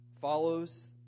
follows